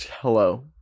Hello